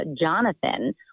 Jonathan